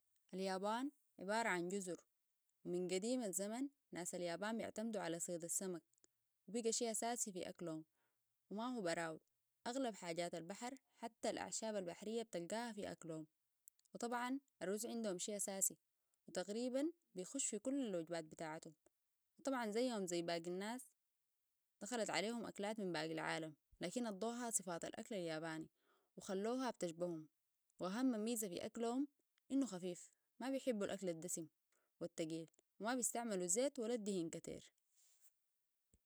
اليابان عبارة عن جزر ومن قديم الزمن ناس اليابان بيعتمدوا على صيد السمك وبيقى شيء أساسي في أكلهم وما هو براهو أغلب حاجات البحر حتى الأعشاب البحرية بتلقاها في أكلهم وطبعاً الروز عندهم شيء أساسي وتقريباً بيخش في كل الوجبات بتاعتهم وطبعاً زيهم زي باقي الناس دخلت عليهم أكلات من باقي العالم لكن ادوها صفات الأكل الياباني وخلوها بتشبههم واهم ميزه في أكلهم إنو خفيف ما بيحبوا الأكل الدسم والتقيل وما بيستعملوا زيت ولا الدهن كتير